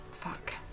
Fuck